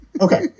Okay